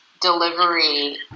delivery